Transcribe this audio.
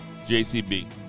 JCB